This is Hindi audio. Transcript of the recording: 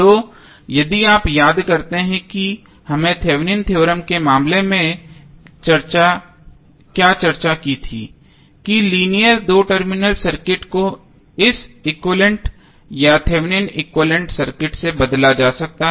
तो यदि आप याद करते हैं कि हमने थेवेनिन थ्योरम Thevenins theorem के मामले में क्या चर्चा की थी कि लीनियर दो टर्मिनल सर्किट को इस एक्विवैलेन्ट या थेवेनिन एक्विवैलेन्ट सर्किट से बदला जा सकता है